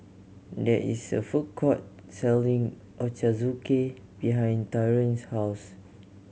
there is a food court selling Ochazuke behind Tyrone's house